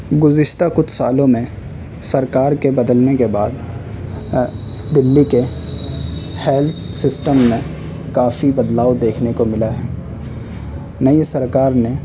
گزشتہ کچھ سالوں میں سرکار کے بدلنے کے بعد دہلی کے ہیلتھ سسٹم میں کافی بدلاؤ دیکھنے کو ملا ہے نئی سرکار نے